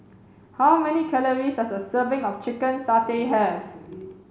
how many calories does a serving of chicken satay have